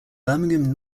birmingham